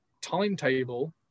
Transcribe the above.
timetable